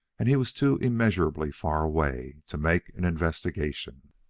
and he was too immeasurably far away to make an investigation.